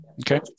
Okay